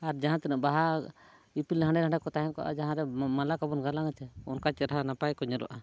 ᱟᱨ ᱡᱟᱦᱟᱸ ᱛᱤᱱᱟᱹᱜ ᱵᱟᱦᱟ ᱤᱯᱤᱞ ᱫᱚ ᱦᱟᱸᱰᱮ ᱱᱟᱰᱮ ᱠᱚ ᱛᱟᱦᱮᱸ ᱠᱚᱜᱼᱟ ᱡᱟᱦᱟᱸᱨᱮ ᱢᱟᱞᱟ ᱠᱚᱵᱚᱱ ᱜᱟᱞᱟᱝᱟ ᱪᱮ ᱚᱱᱠᱟ ᱪᱮᱦᱨᱟ ᱱᱟᱯᱟᱭ ᱠᱚ ᱧᱮᱞᱚᱜᱼᱟ